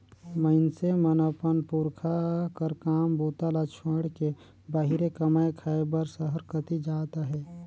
मइनसे मन अपन पुरखा कर काम बूता ल छोएड़ के बाहिरे कमाए खाए बर सहर कती जात अहे